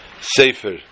Sefer